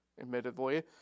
admittedly